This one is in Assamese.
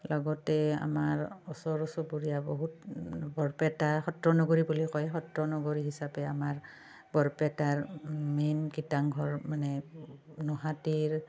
লগতে আমাৰ ওচৰ চুবুৰীয়া বহুত বৰপেটা সত্ৰ নগৰী বুলি কয় সত্ৰ নগৰী হিচাপে আমাৰ বৰপেটাৰ মেইন কীৰ্তনঘৰ মানে নহাটীৰ